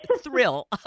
thrill